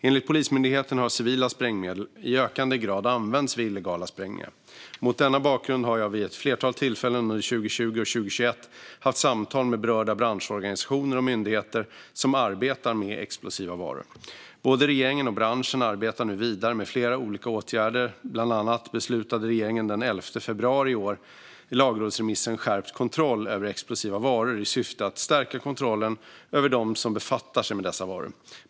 Enligt Polismyndigheten har civila sprängmedel i ökande grad använts vid illegala sprängningar. Mot denna bakgrund har jag vid ett flertal tillfällen under 2020 och 2021 haft samtal med berörda branschorganisationer och myndigheter som arbetar med explosiva varor. Både regeringen och branschen arbetar nu vidare med flera olika åtgärder. Bland annat beslutade regeringen den 11 februari i år om lagrådsremissen Skärpt kontroll över explosiva varor i syfte att stärka kontrollen över dem som befattar sig med dessa varor.